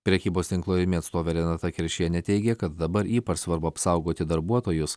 prekybos tinklo rimi atstovė renata keršienė teigė kad dabar ypač svarbu apsaugoti darbuotojus